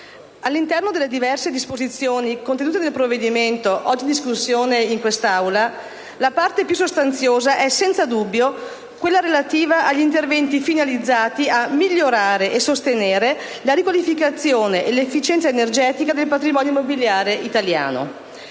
all'interno delle diverse disposizioni contenute nel provvedimento oggi in discussione in quest'Aula, la parte più sostanziosa è senza dubbio quella relativa agli interventi finalizzati a migliorare e sostenere la riqualificazione e l'efficienza energetica del patrimonio immobiliare italiano.